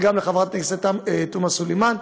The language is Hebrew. וגם לחברת הכנסת תומא סלימאן,